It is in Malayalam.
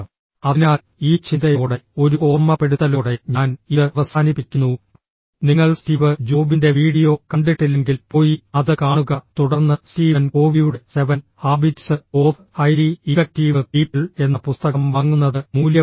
അതിനാൽ ഈ ചിന്തയോടെ ഒരു ഓർമ്മപ്പെടുത്തലോടെ ഞാൻ ഇത് അവസാനിപ്പിക്കുന്നുഃ നിങ്ങൾ സ്റ്റീവ് ജോബിന്റെ വീഡിയോ കണ്ടിട്ടില്ലെങ്കിൽ പോയി അത് കാണുക തുടർന്ന് സ്റ്റീവൻ കോവിയുടെ seven habits of highly effective people എന്ന പുസ്തകം വാങ്ങുന്നത് മൂല്യവത്താണ്